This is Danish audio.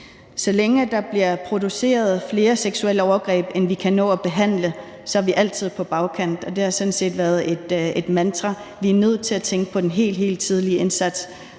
Så længe der bliver begået flere seksuelle overgreb, end vi kan nå at behandle, så er vi altid bagud. Og det har sådan set været et mantra – vi er nødt til at tænke på den helt tidlige indsats.